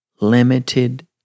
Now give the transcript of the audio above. limited